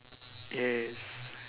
yes